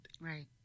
Right